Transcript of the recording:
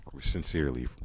sincerely